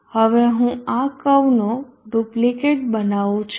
હવે હું આ કર્વનો ડુપ્લિકેટ બનાવું છું